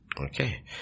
Okay